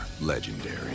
legendary